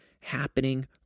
happening